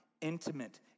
intimate